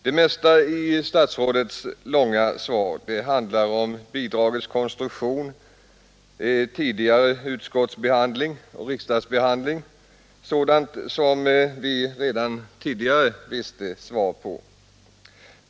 Det mesta i statsrådets långa svar handlar om bidragets konstruktion samt tidigare utskottsoch riksdagsbehandling, sådant som vi redan tidigare visste.